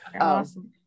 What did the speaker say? Awesome